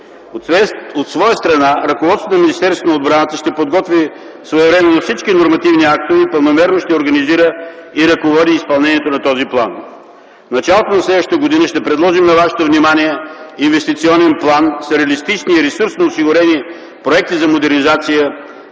От своя страна ръководството на Министерството на отбраната ще подготви своевременно всички нормативни актове и планомерно ще организира и ръководи изпълнението на този план. В началото на следващата година ще предложим на вашето внимание инвестиционен план с реалистични и ресурсно осигурени проекти за модернизация